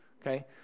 Okay